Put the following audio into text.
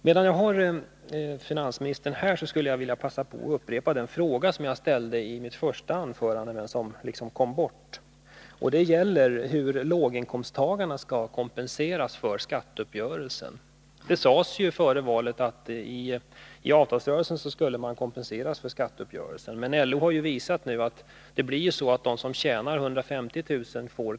Medan jag har finansministern här skulle jag vilja passa på att upprepa den fråga som jag ställde i mitt första anförande, eftersom den kom bort. Den gäller hur låginkomsttagarna i avtalsrörelsen skall kompenseras för skatteuppgörelsen. Men LO har nu visat att de som tjänar 150 000 kr.